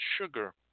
sugar